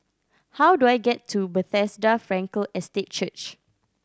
how do I get to Bethesda Frankel Estate Church